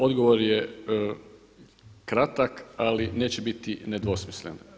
Odgovor je kratak ali neće biti nedvosmislen.